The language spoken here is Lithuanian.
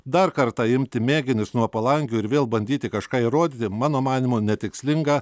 dar kartą imti mėginius nuo palangių ir vėl bandyti kažką įrodyti mano manymu netikslinga